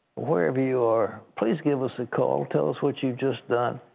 wherever you are, please give us a call. tell us what you've just done.